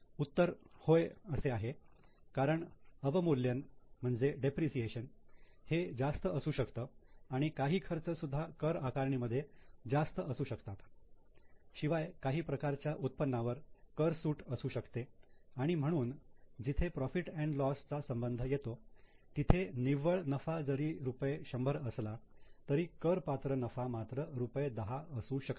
उत्तर 'होय' असे आहे कारण अवमूल्यन हे जास्त असू शकतं आणि काही खर्च सुद्धा कर आकारणी मध्ये जास्त असू शकतात शिवाय काही प्रकारच्या उत्पन्नावर कर सूट असू शकते आणि म्हणून जिथे profit and loss profit loss चा संबंध येतो तिथे निव्वळ नफा जरी रुपये 100 असला तरी करपात्र नफा मात्र रुपये 10 असू शकतो